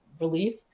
relief